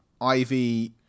Ivy